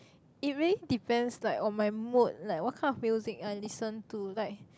it really depends like on my mood like what kind music I listen to like